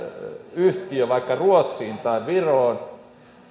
yhtiö vaikka ruotsiin tai viroon